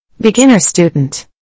Beginner-student